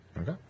Okay